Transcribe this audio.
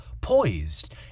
poised